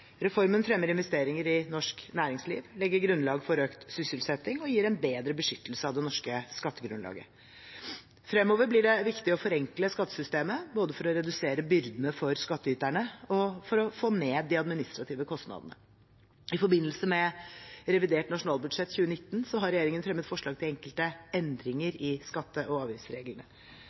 Reformen fremmer investeringer i norsk næringsliv, legger grunnlag for økt sysselsetting og gir en bedre beskyttelse av det norske skattegrunnlaget. Fremover blir det viktig å forenkle skattesystemet, både for å redusere byrdene for skattyterne, og for å få ned de administrative kostnadene. I forbindelse med revidert nasjonalbudsjett for 2019 har regjeringen fremmet forslag til enkelte endringer i skatte- og avgiftsreglene.